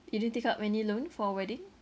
you didn't take up any loan for wedding